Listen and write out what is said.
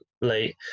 late